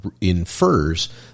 infers